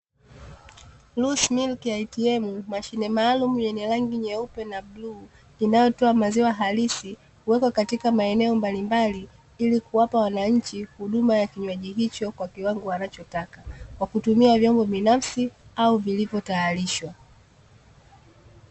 Lucy Milk ATM ni mashine maalum yenye rangi nyeupe na bluu, inayotoa maziwa halisi, kuweka katika maeneo mbalimbali, ili kuwapa wananchi huduma ya kinywaji hicho kwa kiwango wanachotaka kwa kutumia vyombo binafsi au vilivyo tayarishwa.